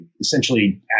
essentially